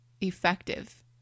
effective